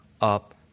up